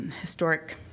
historic